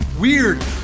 weird